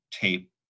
tape